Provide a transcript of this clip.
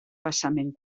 basament